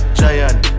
giant